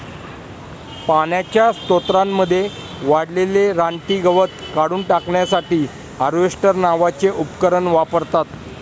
पाण्याच्या स्त्रोतांमध्ये वाढलेले रानटी गवत काढून टाकण्यासाठी हार्वेस्टर नावाचे उपकरण वापरतात